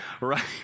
right